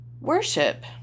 Worship